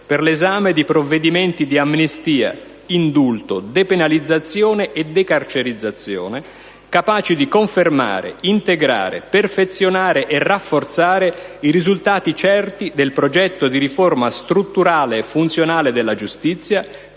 per l'esame di provvedimenti di amnistia, indulto, depenalizzazione e decarcerizzazione, capaci di confermare, integrare, perfezionare e rafforzare i risultati certi del progetto di riforma strutturale e funzionale della giustizia,